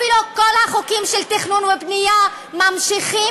אפילו כל החוקים של תכנון ובנייה ממשיכים